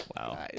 Wow